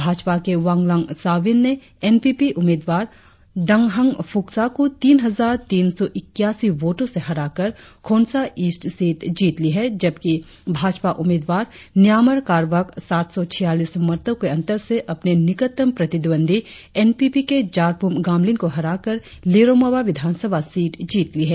भाजपा के वांगलम साविन ने N P P उम्मीदवार डंगहंग फुक्सा को तीन हजार तीन सौ इक्यासी वोटों से हराकर खोंसा ईस्ट सीट जीत ली है जबकि भाजपा उम्मीदवार न्यामर कारबक सात सौ छियालीस मतों के अंतर से अपने निकटतम प्रतिद्वंदी एन पी पी के जारप्रम गामलिन को हराकर लिरोमोबा विधानसभा सीट जीत ली है